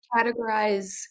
categorize